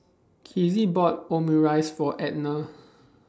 Kizzie bought Omurice For Edna